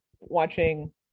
watching